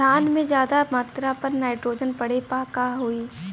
धान में ज्यादा मात्रा पर नाइट्रोजन पड़े पर का होई?